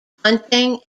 hunting